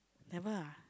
never ah